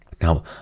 Now